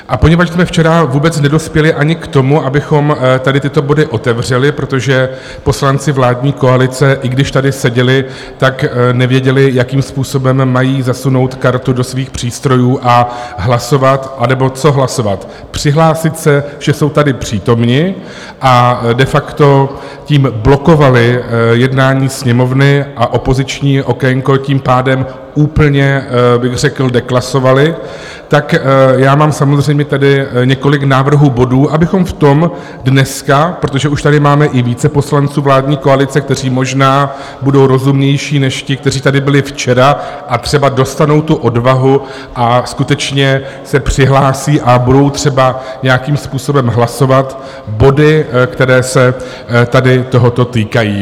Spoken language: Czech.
A poněvadž jsme včera vůbec nedospěli ani k tomu, abychom tady tyto body otevřeli, protože poslanci vládní koalice, i když tady seděli, nevěděli, jakým způsobem mají zasunout kartu do svých přístrojů a hlasovat, anebo co hlasovat, přihlásit se, že jsou tady přítomni, a de facto tím blokovali jednání Sněmovny, a opoziční okénko tím pádem úplně bych řekl deklasovali, tak mám samozřejmě tady několik návrhů bodů, abychom v tom dneska, protože už tady máme i více poslanců vládní koalice, kteří možná budou rozumnější než ti, kteří tady byli včera, a třeba dostanou tu odvahu, skutečně se přihlásí a budou třeba nějakým způsobem hlasovat body, které se tady tohoto týkají.